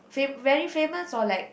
fame very famous or like